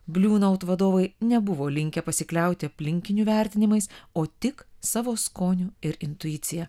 bliu naut vadovai nebuvo linkę pasikliauti aplinkinių vertinimais o tik savo skoniu ir intuicija